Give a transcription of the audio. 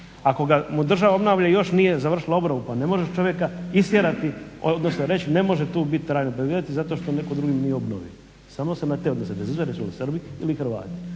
Ako mu država obnavlja i još nije završila obnovu pa ne možeš čovjeka istjerati odnosno reći ne može tu biti i trajno prebivati zato što netko drugi nije obnovi. Samo se na te odnosi bez obzira jesu li Srbi ili Hrvati.